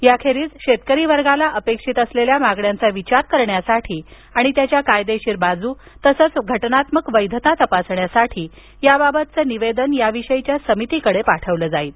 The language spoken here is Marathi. याखेरीज शेतकरीवर्गाला अपेक्षित असलेल्या मागण्यांचा विचार करण्यासाठी आणि त्याच्या कायदेशीर बाजू आणि घटनात्मक वैधता तपासण्यासाठी याबाबतचे निवेदन याविषयीच्या समितीकडे पाठविलं जाईल